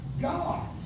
God